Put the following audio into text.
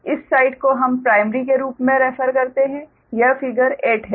इसलिए इस साइड को हम प्राइमरी के रूप में रेफर करते हैं यह फ़िगर 8 है